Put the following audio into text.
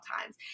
times